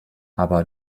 aber